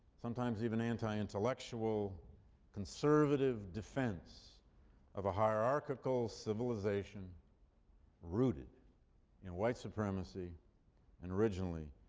sometimes even anti-intellectual, conservative defense of a hierarchical civilization rooted in white supremacy and originally,